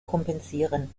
kompensieren